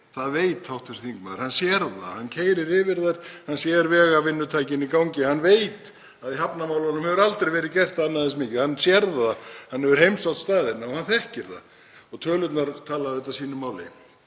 Það veit hv. þingmaður. Hann sér það, hann keyrir fram á þær, hann sér vegavinnutækin í gangi. Hann veit að í hafnarmálum hefur aldrei verið gert eins mikið. Hann sér það, hann hefur heimsótt staðina og hann þekkir það. Tölurnar tala auðvitað sínu máli.